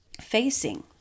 facing